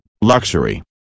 luxury